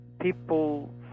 people